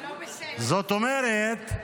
זאת אומרת,